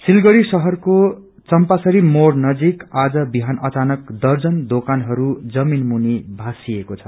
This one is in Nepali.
सिलगढ़ी शहरको चंपसारी मोड़ नजिक आज बिहान अचानक दजर्न दोकानहरू जमिन मुनि भास्सिएको छ